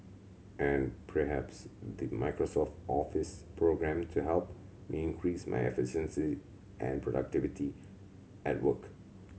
and perhaps the Microsoft Office programme to help me increase my efficiency and productivity at work